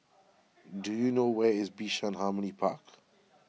do you know where is Bishan Harmony Park